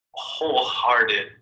wholehearted